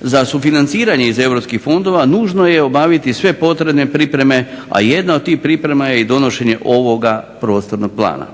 za sufinanciranje iz europskih fondova nužno je obaviti sve potrebne pripreme, a jedna od tih priprema je i donošenje ovoga prostornog plana.